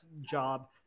job